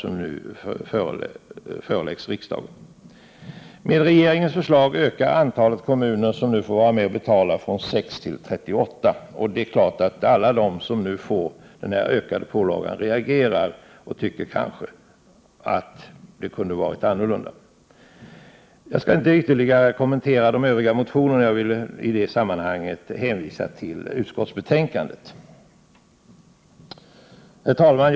Med regeringens förslag ökar antalet kommuner som nu får vara med och betala från 6 till 38. Det är klart att alla de som nu får denna ökade pålaga reagerar och kanske tycker att det kunde varit annorlunda. Jag skall inte ytterligare kommentera övriga motioner. Jag vill i det sammanhanget hänvisa till utskottsbetänkandet. Herr talman!